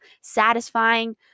satisfying